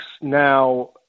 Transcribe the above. now